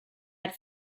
had